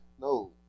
No